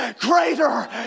greater